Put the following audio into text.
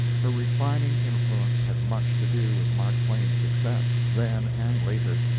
her refining influence had much to do with mark twain's success, then and later,